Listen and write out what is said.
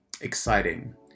exciting